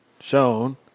shown